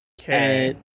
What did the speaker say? Okay